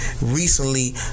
recently